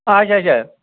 اچھا اچھا